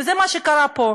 וזה מה שקרה פה.